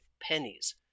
Pennies